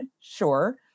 sure